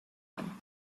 one